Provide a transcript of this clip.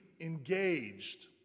engaged